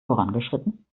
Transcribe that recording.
vorangeschritten